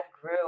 grew